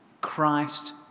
Christ